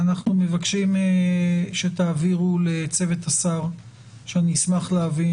אנחנו מבקשים שתעבירו לצוות השר שאני אשמח להבין